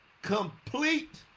complete